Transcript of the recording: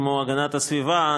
כמו הגנת הסביבה,